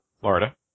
Florida